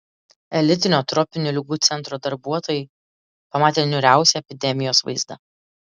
elitinio tropinių ligų centro darbuotojai pamatė niūriausią epidemijos vaizdą